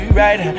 right